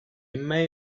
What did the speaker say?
may